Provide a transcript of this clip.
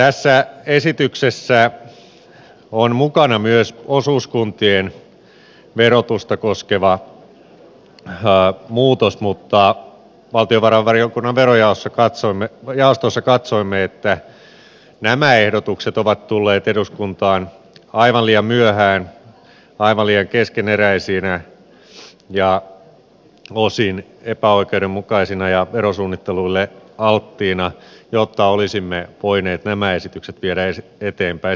tässä esityksessä on mukana myös osuuskuntien verotusta koskeva muutos mutta valtiovarainvaliokunnan verojaostossa katsoimme että nämä ehdotukset ovat tulleet eduskuntaan aivan liian myöhään aivan liian keskeneräisinä ja osin epäoikeudenmukaisina ja verosuunnittelulle alttiina jotta olisimme voineet nämä esitykset viedä eteenpäin